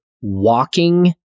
walking